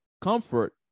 comfort